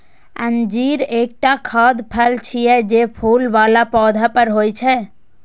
अंजीर एकटा खाद्य फल छियै, जे फूल बला पौधा पर होइ छै